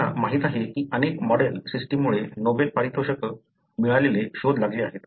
आपल्याला माहित आहे की अनेक मॉडेल सिस्टममुळे नोबेल पारितोषिक मिळालेले शोध लागले आहेत